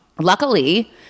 Luckily